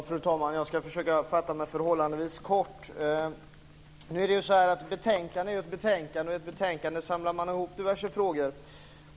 Fru talman! Jag ska försöka fatta mig förhållandevis kort. Ett betänkande är ett betänkande, och i ett betänkande samlar man ihop diverse frågor.